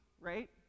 right